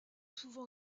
souvent